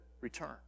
return